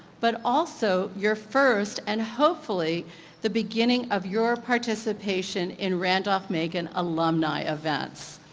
but also your first and hopefully the beginning of your participation in randolph-macon alumni events.